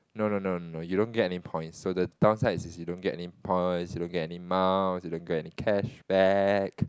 no no no no no you don't get any points so the downside is you don't get any points you don't get any mouse you don't get any cashback